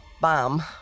bomb